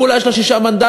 כולה יש לה שישה מנדטים,